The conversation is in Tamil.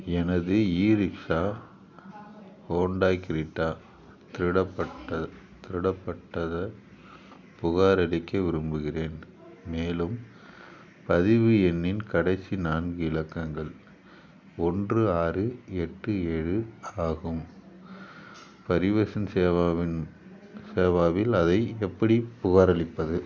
எனது இ ரிக்ஷா ஹோண்டாய் கிரிட்டா திருடப்பட்ட திருடப்பட்டதா புகாரளிக்க விரும்புகிறேன் மேலும் பதிவு எண்ணின் கடைசி நான்கு இலக்கங்கள் ஒன்று ஆறு எட்டு ஏழு ஆகும் பரிவஷன் சேவாவின் சேவாவில் அதை எப்படிப் புகாரளிப்பது